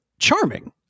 Charming